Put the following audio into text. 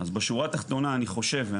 בשורה התחתונה אני חושב,